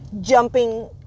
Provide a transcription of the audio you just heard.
jumping